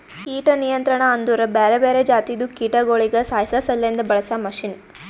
ಕೀಟ ನಿಯಂತ್ರಣ ಅಂದುರ್ ಬ್ಯಾರೆ ಬ್ಯಾರೆ ಜಾತಿದು ಕೀಟಗೊಳಿಗ್ ಸಾಯಿಸಾಸಲೆಂದ್ ಬಳಸ ಮಷೀನ್